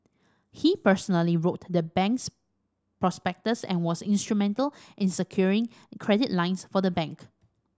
he personally wrote the bank's prospectus and was instrumental in securing credit lines for the bank